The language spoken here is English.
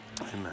amen